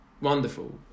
wonderful